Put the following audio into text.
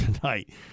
tonight